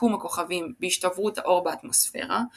מיקום הכוכבים בהשתברות האור באטמוספירה;